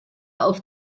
auf